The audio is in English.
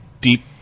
deep